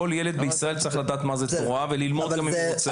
כל ילד בישראל צריך לדעת מה זה תורה וללמוד גם אם הוא רוצה,